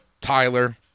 Tyler